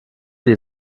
die